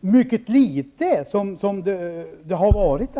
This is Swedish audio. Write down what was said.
mycket litet redan som det har varit.